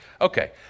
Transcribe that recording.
okay